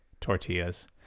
tortillas